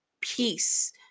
peace